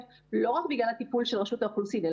לא רק בגלל הטיפול של רשות האוכלוסין,